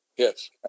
Yes